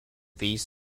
fees